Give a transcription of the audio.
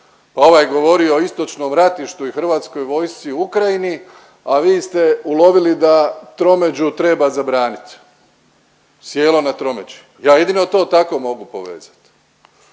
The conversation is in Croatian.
ovaj govorio i istočnom ratištu i Hrvatskoj vojsci u Ukrajini, a vi ste ulovili da tromeđu treba zabranit. Sjelo na tromeđi ja jedino to tako mogu povezat.